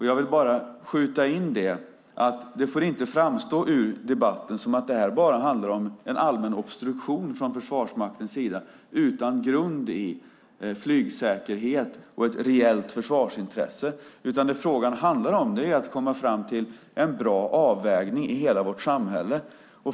Jag vill också skjuta in att det i debatten inte får framstå som att detta bara handlar om en allmän obstruktion utan grund i flygsäkerhet och ett reellt försvarsintresse från Försvarsmaktens sida. Det frågan handlar om är i stället att komma fram till en bra avvägning i hela vårt samhälle.